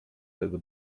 tego